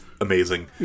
amazing